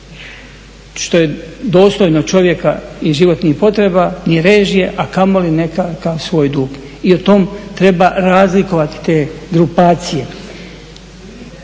što je dostojno čovjeka i životnih potreba, ni režija a kamoli nekakav svoj dug. I o tom treba razlikovati te grupacije.